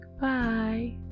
bye